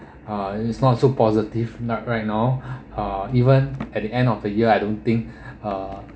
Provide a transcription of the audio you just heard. uh it's not so positive not right now uh even at the end of the year I don't think uh